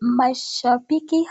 Mashabiki